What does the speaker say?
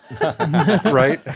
right